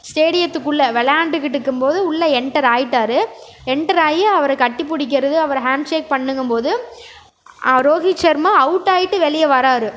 ஸ்டேடியதுக்குள்ளே விளையாண்டுக்கிட்டு இருக்கும் போது உள்ளே என்டர் ஆகிட்டாரு என்டர் ஆகி அவரை கட்டி பிடிக்குறது அவரை ஹாண் ஷேக் பண்ணணுங்கும் போது ரோஹித் ஷர்மா அவுட் ஆகிட்டு வெளியே வரார்